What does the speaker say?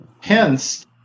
Hence